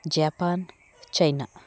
Japan China